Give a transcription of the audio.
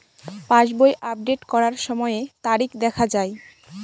পাসবই update করার সময়ে তারিখ দেখা য়ায়?